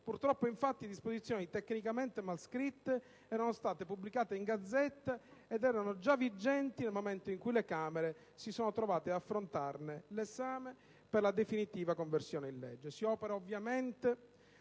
Purtroppo, infatti, disposizioni tecnicamente mal scritte erano state pubblicate in *Gazzetta* ed erano già vigenti nel momento in cui le Camere si sono trovate ad affrontarne l'esame per la definitiva conversione in legge.